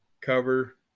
cover